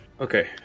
Okay